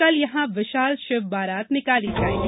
कल यहां विशाल शिव बारात निकाली जायेगी